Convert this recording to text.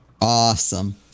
awesome